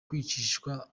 kwicirwa